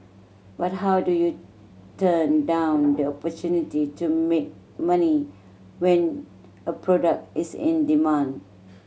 but how do you turn down the opportunity to make money when a product is in demand